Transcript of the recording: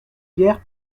hier